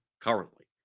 currently